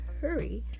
hurry